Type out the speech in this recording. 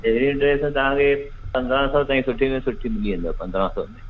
अहिड़ी ड्रेस तव्हांखे पंद्रहं सौ ताईं सुठे में सुठी मिली वेंदव पंद्रहं सौ में